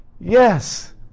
Yes